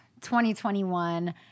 2021